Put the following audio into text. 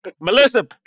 Melissa